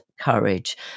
courage